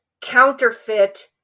counterfeit